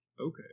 Okay